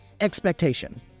Expectation